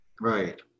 Right